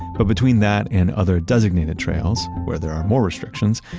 but between that and other designated trails, where there are more restrictions,